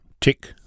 Tick